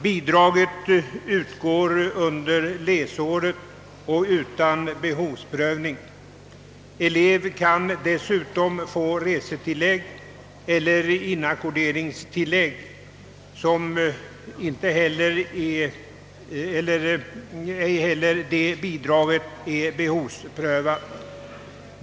Bidraget utgår under läsåret och utan behovsprövning. Elev kan dessutom få resetillägg eller inackorderingstillägg. Ej heller dessa bidrag är behovsprövade.